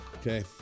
Okay